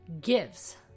gives